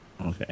Okay